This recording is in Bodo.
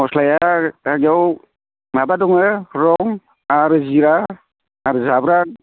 मस्लाया दानियाव माबा दङो लं आरो जिरा आरो जाब्रां